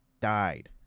died